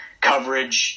Coverage